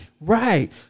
right